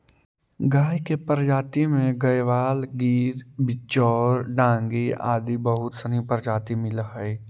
गाय के प्रजाति में गयवाल, गिर, बिच्चौर, डांगी आदि बहुत सनी प्रजाति मिलऽ हइ